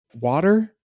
water